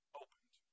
opened